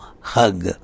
hug